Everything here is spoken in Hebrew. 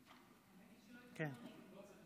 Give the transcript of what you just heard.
חבריי חברי הכנסת, אני רוצה